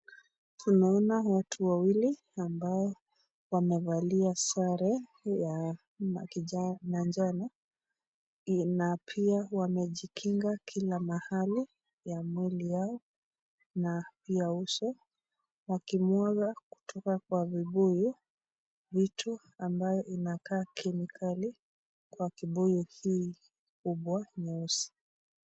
Tunaona watu wawili ambao wamevalia sare ya manjano na pia wamejikinga kila mahali ya mwili yao na pia uso wakimwaga kutoka kwa vibuyu vitu ambayo inakaa kemikali kwa kibuyu hii kubwa nyeusi.